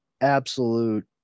absolute